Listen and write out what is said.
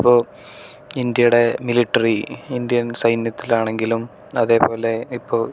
അപ്പോൾ ഇന്ത്യയുടെ military Indian സൈന്യത്തിലാണെങ്കിലും അതേപോലെ ഇപ്പോൾ